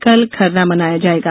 कल खरना मनाया जाएगा